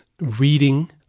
reading